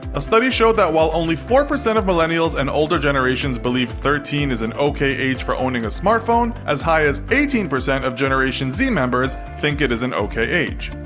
a study showed that while only four percent of millennials and older generations believe thirteen is an ok age for owning a smartphone, as high as eighteen percent of generation z members think it is an ok age.